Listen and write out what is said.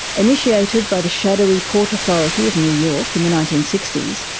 initiated by the shadowy port authority of new york in the nineteen sixty s,